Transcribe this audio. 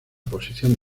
posición